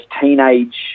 teenage